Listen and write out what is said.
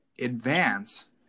advance